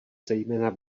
zejména